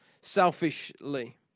selfishly